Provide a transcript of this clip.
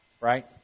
Right